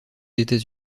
etats